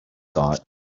thought